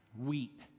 wheat